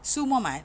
Su Mamat